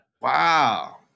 Wow